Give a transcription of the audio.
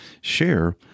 share